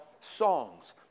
songs